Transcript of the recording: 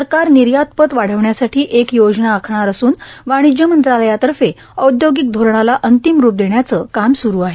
सरकार निर्यात पत वाढवण्यासाठी एक योजना आखणार असून वाणिज्य मंत्रालयातर्फे औद्योगिक धोरणाला अंतिम रूप देण्याचं काम सुरु आहे